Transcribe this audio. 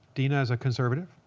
dina is a conservative.